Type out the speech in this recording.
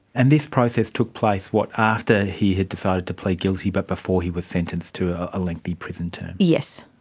and this process took place, what, after he had decided to plead guilty but before he was sentenced to a lengthy prison term? yes.